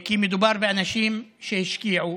כי מדובר באנשים שהשקיעו